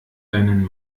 deinen